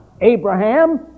Abraham